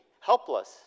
helpless